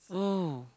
oh